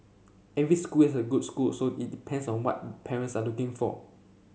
every school is a good school so it depends on what parents are looking for